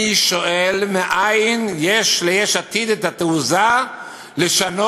אני שואל: מאין יש ליש עתיד את התעוזה לשנות,